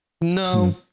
no